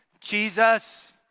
Jesus